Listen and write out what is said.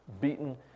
beaten